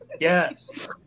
Yes